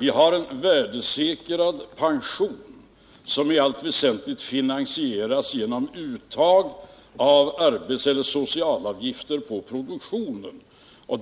Vi har en värdesäkrad pension som i allt väsentligt finansieras genom uttag av arbets eller socialavgifter på produktionen.